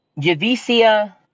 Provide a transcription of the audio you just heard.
Javicia